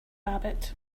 rabbit